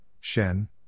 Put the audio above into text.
Shen